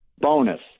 bonus